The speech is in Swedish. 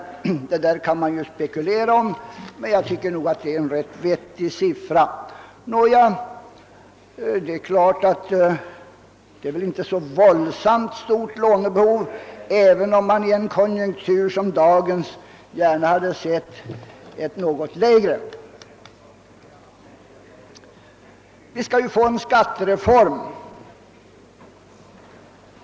Det där kan man ju spekulera om, men jag tycker att det är en rätt vettig siffra. Nåja, det är klart att detta inte är något så våldsamt stort lånebehov, även om man i en konjunktur som dagens gärna hade sett ett något lägre. Vi skall ju få en skattereform.